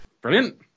Brilliant